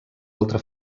altra